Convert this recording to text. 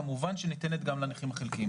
כמובן שניתנת גם לנכים החלקיים.